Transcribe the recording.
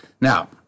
Now